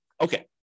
Okay